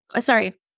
Sorry